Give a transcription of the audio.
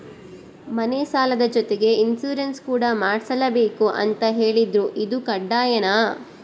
ಮನೆ ಸಾಲದ ಜೊತೆಗೆ ಇನ್ಸುರೆನ್ಸ್ ಕೂಡ ಮಾಡ್ಸಲೇಬೇಕು ಅಂತ ಹೇಳಿದ್ರು ಇದು ಕಡ್ಡಾಯನಾ?